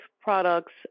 products